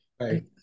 Right